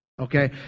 Okay